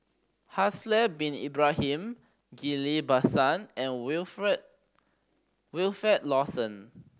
Haslir Bin Ibrahim Ghillie Basan and Wilfed Wilfed Lawson